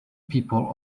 people